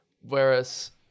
whereas